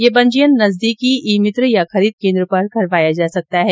ये पंजीयन नजदीकी ई मित्र या खरीद केन्द्र पर करवाया जा सकता है